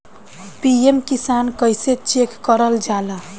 PM Kisan कइसे check करल जाला?